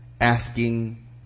Asking